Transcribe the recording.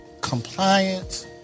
compliance